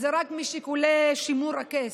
אז זה רק משיקולי שימור הכס.